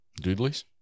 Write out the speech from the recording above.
Doodlies